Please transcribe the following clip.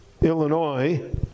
Illinois